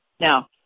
Now